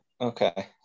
okay